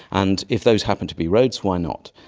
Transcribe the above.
and if those happened to be roads, why not.